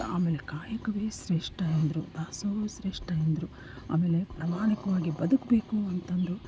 ಆಮೇಲೆ ಕಾಯಕವೇ ಶ್ರೇಷ್ಠ ಎಂದರು ದಾಸೋಹ ಶ್ರೇಷ್ಠ ಎಂದರು ಆಮೇಲೆ ಪ್ರಮಾಣಿಕವಾಗಿ ಬದುಕಬೇಕು ಅಂತಂದು